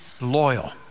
loyal